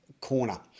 corner